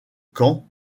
camps